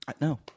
No